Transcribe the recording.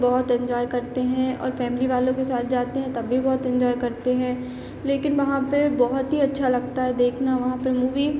बहुत इंजॉय करते हैं और फैमिली वालों के साथ जाते है तब भी बहुत इंजॉय करते हैं लेकिन वहाँ पर बहुत ही अच्छा लगता है देखना वहाँ पर मूवी